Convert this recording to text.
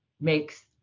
makes